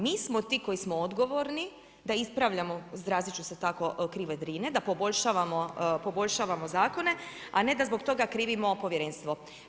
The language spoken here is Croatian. Mi smo ti koji smo odgovorni da ispravljamo izrazit ću se tako krive Drine, da poboljšavamo zakone, a ne da zbog toga krivimo povjerenstvo.